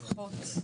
אחות,